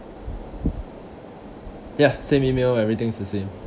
ya same email everything's the same